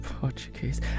Portuguese